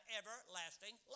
everlasting